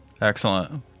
Excellent